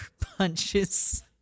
punches